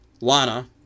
Lana